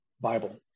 Bible